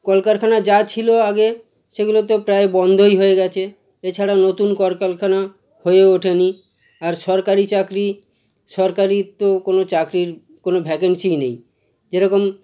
কলকারখানা যা ছিল আগে সেগুলো তো প্রায় বন্ধই হয়ে গেছে এছাড়া নতুন কলকারখানা হয়ে ওঠেনি আর সরকারি চাকরি সরকারি তো কোনও চাকরির কোনও ভ্যাকেন্সিই নেই যেরকম